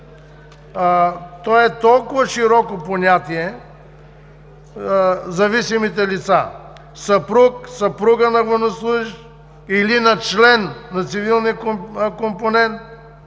той е толкова широко понятие, „зависимите лица“ – съпруг/съпруга на военнослужещ или на член на цивилния компонент,